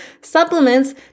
supplements